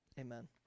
Amen